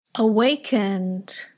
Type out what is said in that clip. awakened